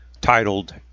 titled